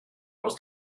aus